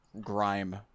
Grime